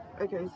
Okay